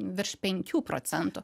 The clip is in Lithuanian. virš penkių procentų